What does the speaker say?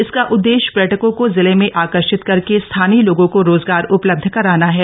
इसका उददेश्य पर्यटकों को जिले में आकर्षित करके स्थानीय लोगों को रोजगार उपलब्ध कराना है